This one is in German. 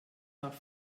nach